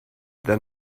their